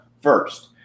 first